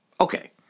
Okay